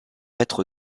être